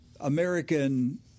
American